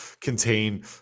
contain